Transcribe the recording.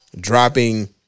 dropping